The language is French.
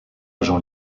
agent